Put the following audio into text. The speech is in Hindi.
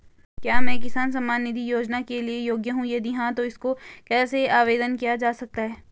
क्या मैं किसान सम्मान निधि योजना के लिए योग्य हूँ यदि हाँ तो इसको कैसे आवेदन किया जा सकता है?